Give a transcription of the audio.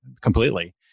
completely